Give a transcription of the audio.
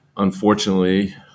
Unfortunately